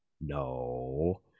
no